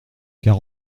car